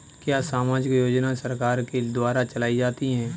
क्या सामाजिक योजनाएँ सरकार के द्वारा चलाई जाती हैं?